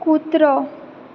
कुत्रो